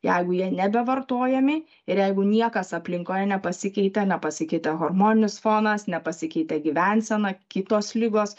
jeigu jie nebevartojami ir jeigu niekas aplinkoje nepasikeitė nepasikeitė hormoninis fonas nepasikeitė gyvensena kitos ligos